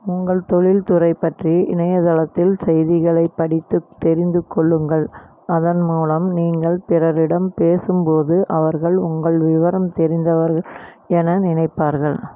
உங்கள் தொழில்துறை பற்றி இணையதளத்தில் செய்திகளைப் படித்துத் தெரிந்து கொள்ளுங்கள் அதன் மூலம் நீங்கள் பிறரிடம் பேசும்போது அவர்கள் உங்கள் விவரம் தெரிந்தவர் என நினைப்பார்கள்